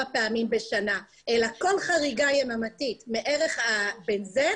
פעמים בשנה אלא כל חריגה יממתית מערך ה-בנזן,